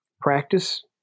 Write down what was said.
practice